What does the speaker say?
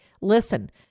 Listen